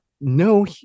no